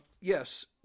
yes